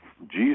Jesus